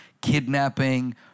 kidnapping